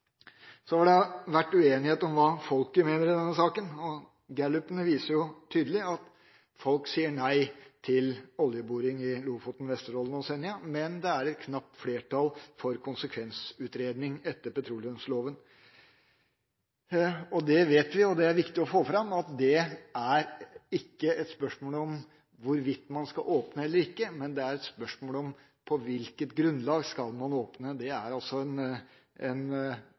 Så har det vært uenighet om hva folket mener i denne saken. Gallupene viser tydelig at folk sier nei til oljeboring i Lofoten, Vesterålen og Senja, men det er et knapt flertall for konsekvensutredning etter petroleumsloven. Det vet vi, og det er viktig å få fram at det ikke er et spørsmål om hvorvidt man skal åpne eller ikke, men det er et spørsmål om på hvilket grunnlag man skal åpne. Det er altså en